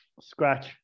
scratch